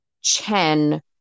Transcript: chen